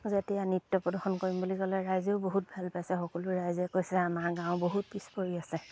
যেতিয়া নৃত্য প্ৰদৰ্শন কৰিম বুলি ক'লে ৰাইজেও বহুত ভাল পাইছে সকলো ৰাইজে কৈছে আমাৰ গাঁও বহুত পিছপৰি আছে